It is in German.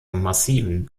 massiven